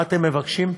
מה אתם מבקשים?